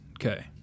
okay